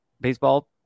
baseball